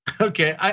Okay